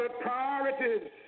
priorities